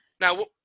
Now